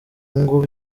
ngo